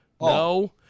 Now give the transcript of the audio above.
no